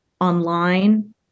online